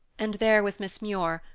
and there was miss muir,